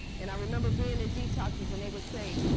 and i remember being in detoxes and they would say,